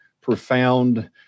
profound